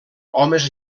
homes